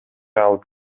алып